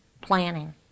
planning